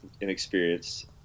inexperienced